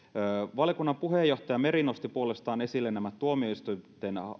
valiokunnan puheenjohtaja meri nosti puolestaan esille nämä tuomioistuinten